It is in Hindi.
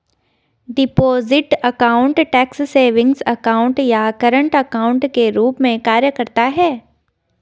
deposit account tax savings account या करंट अकाउंट के रूप में कार्य करता है